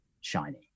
shiny